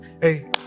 Hey